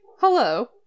hello